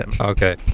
Okay